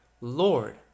Lord